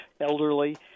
elderly